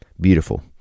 Beautiful